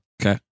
Okay